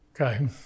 okay